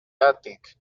attic